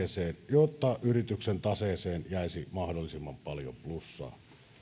jotta yrityksen taseeseen jäisi mahdollisimman paljon plussaa